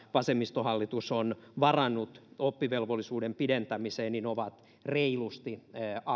vasemmistohallitus on varannut oppivelvollisuuden pidentämiseen on reilusti